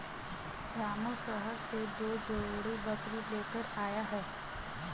रामू शहर से दो जोड़ी बकरी लेकर आया है